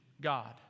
God